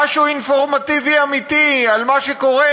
משהו אינפורמטיבי אמיתי על מה שקורה